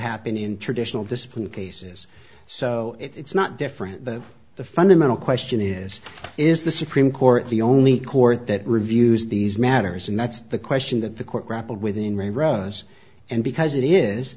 happen in traditional discipline cases so it's not different the fundamental question is is the supreme court the only court that reviews these matters and that's the question that the court grappled with in rows and because it is